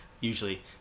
usually